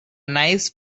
nice